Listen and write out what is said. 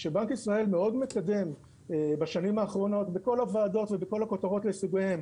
שבנק ישראל מאוד מקדם בשנים האחרונות בכל הוועדות ובכל הכותרות לסוגיהן,